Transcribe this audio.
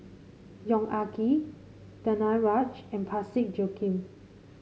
Yong Ah Kee Danaraj and Parsick Joaquim